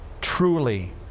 truly